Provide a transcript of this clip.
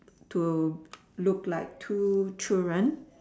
to look like two children